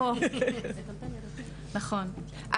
נכון.